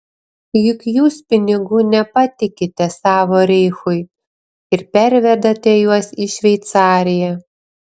juk jūs pinigų nepatikite savo reichui ir pervedate juos į šveicariją